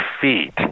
feet